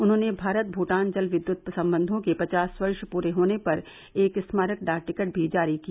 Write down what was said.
उन्होंने भारत भूटान जल विद्युत संबंधों के पचास वर्ष पूरे होने पर एक स्मारक डाक टिकट भी जारी किया